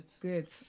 Good